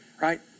right